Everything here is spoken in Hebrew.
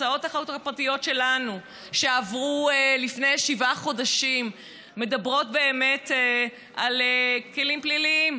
הצעות חוק פרטיות שלנו שעברו לפני שבעה חודשים מדברות על כלים פליליים.